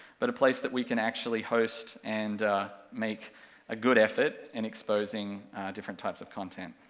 but a place that we can actually host and make a good effort in exposing different types of content.